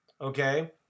Okay